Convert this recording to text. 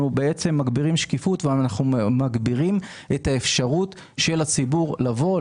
אנחנו מגבירים שקיפות ואנחנו מגבירים את האפשרות של הציבור לבוא,